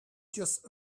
just